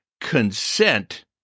consent